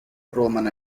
roman